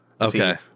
Okay